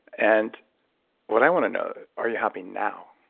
and what i want to know, are you happy now?